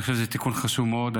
אני חושב שזה תיקון חשוב מאוד.